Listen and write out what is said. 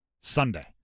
Sunday